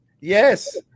Yes